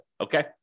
Okay